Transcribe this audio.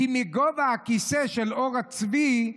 כי מגובה הכיסא של עור הצבי,